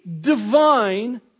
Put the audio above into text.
divine